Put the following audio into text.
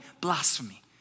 blasphemy